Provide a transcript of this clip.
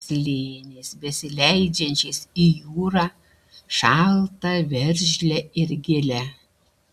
slėniais besileidžiančiais į jūrą šaltą veržlią ir gilią